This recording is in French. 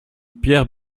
pierre